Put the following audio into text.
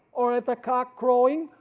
or at the cockcrowing,